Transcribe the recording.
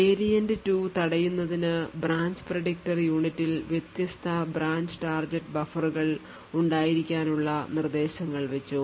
variant 2 തടയുന്നതിന് branch predictor യൂണിറ്റിൽ വ്യത്യസ്ത ബ്രാഞ്ച് ടാർഗെറ്റ് ബഫറുകൾBranch Target BufferBTB ഉണ്ടായിരിക്കാൻ ഉള്ള നിർദ്ദേശങ്ങൾ വച്ചു